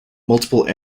multiple